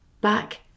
back